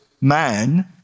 man